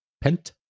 pent